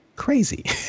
crazy